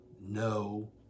no